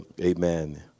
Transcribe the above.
Amen